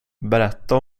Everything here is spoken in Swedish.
berätta